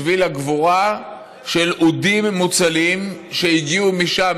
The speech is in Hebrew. שביל הגבורה של אודים מוצלים שהגיעו משם,